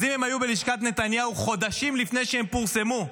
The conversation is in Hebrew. אז אם הם היו בלשכת נתניהו חודשים לפני שהם פורסמו,